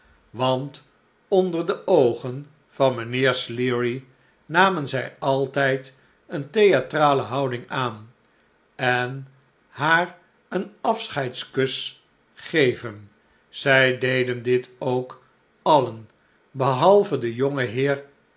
want onder de oogen van mijnheer sleary namen zij altijd een theatrale houding aan en haar een afscheidskus geven zij deden dit ook alien behalve de